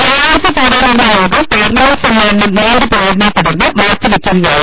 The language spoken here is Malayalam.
വ്യാഴാഴ്ച ചേരാനിരുന്ന യോഗം പാർലമെന്റ് സമ്മേ ളനം നീണ്ടുപോയതിനെതുടർന്ന് മാറ്റിവെയ്ക്കുകയായിരുന്നു